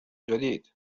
جديد